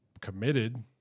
committed